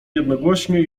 jednogłośnie